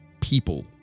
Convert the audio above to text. people